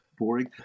boring